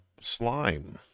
slime